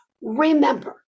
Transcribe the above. remember